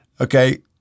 okay